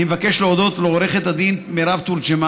אני מבקש להודות לעורכת הדין מרב תורג'מן